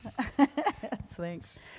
Thanks